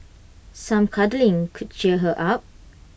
some cuddling could cheer her up